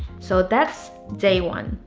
so that's day one.